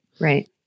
Right